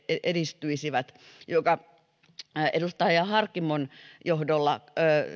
edistyisivät joka edustaja harkimon johdolla